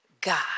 God